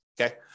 okay